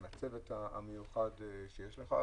עם הצוות המיוחד שיש לה.